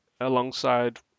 alongside